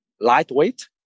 lightweight